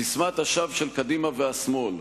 ססמת השווא של קדימה והשמאל,